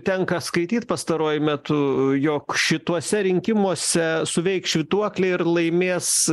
tenka skaityt pastaruoju metu jog šituose rinkimuose suveiks švytuoklė ir laimės